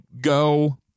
go